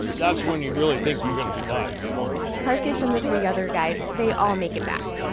that's when you really think you're going to survive, you know carcass and the three other guys, they all make it back.